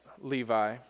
Levi